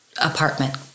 apartment